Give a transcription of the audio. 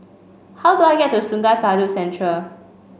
how do I get to Sungei Kadut Central